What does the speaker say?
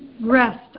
rest